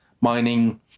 mining